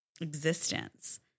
existence